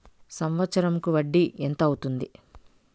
సంవత్సరం కు వడ్డీ ఎంత అవుతుంది?